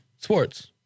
sports